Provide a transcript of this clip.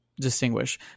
distinguish